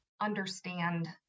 understand